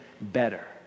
better